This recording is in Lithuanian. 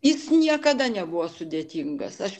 jis niekada nebuvo sudėtingas aš